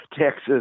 Texas